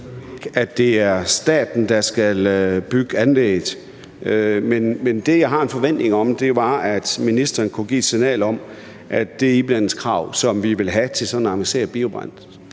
at det er staten, der skal bygge anlægget. Men det, jeg har en forventning om, er, at ministeren kunne give et signal om, at vi i forhold til det iblandingskrav satte